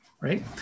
right